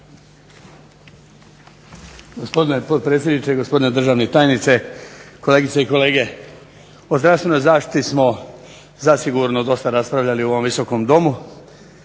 Gospodine potpredsjedniče, gospodine državni tajniče, kolegice i kolege. O zdravstvenoj zaštiti smo zasigurno dosta raspravljali u ovom Visokom domu,